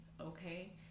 okay